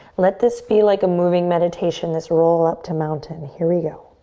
let this be like a moving meditation, this roll up to mountain. here we go.